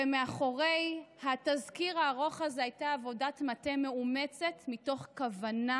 ומאחורי התזכיר הארוך הזה הייתה עבודת מטה מאומצת מתוך כוונה